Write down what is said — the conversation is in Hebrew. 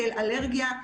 כאל אלרגיה,